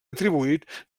atribuït